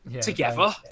together